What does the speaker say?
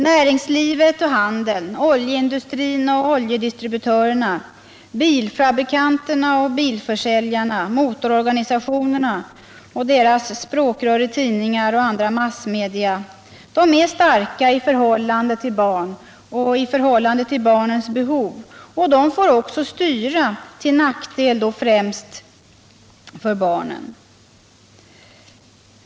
Näringslivet och handeln, oljeindustrin och oljedistributörerna, bilfabrikanter och bilförsäljare, motororganisationer och deras språkrör i tidningar och andra massmedier är starka i förhållande till barn och barns behov, och de får också styra, till nackdel för främst barnen.